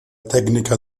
tècnica